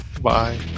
Bye